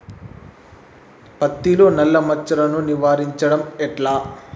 పత్తిలో నల్లా మచ్చలను నివారించడం ఎట్లా?